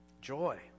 Joy